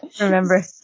Remember